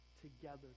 together